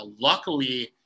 Luckily